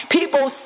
People